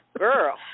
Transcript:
Girl